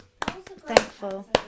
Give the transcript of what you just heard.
thankful